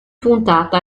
puntata